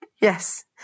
Yes